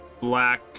black